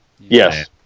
yes